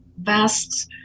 vast